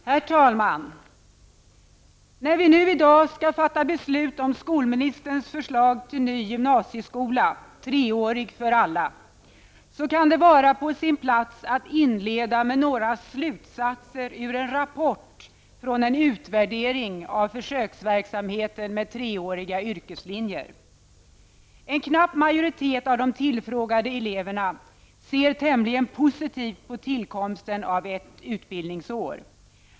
Herr talman! När vi i dag skall fatta beslut om skolministerns förslag till ny gymnasieskola, treårig för alla, kan det vara på sin plats att inleda med några slutsatser ur en rapport från en utvärdering av försöksverksamheten med treåriga yrkeslinjer. En knapp majoritet av de tillfrågade eleverna ser tämligen positivt på tillkomsten av ett utbildningsår.